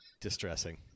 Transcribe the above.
distressing